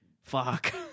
fuck